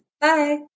Bye